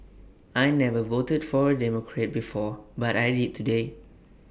I never voted for A Democrat before but I did today